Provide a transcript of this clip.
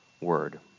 word